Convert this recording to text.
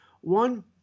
One